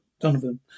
Donovan